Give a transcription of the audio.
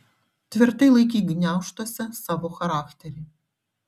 tvirtai laikyk gniaužtuose savo charakterį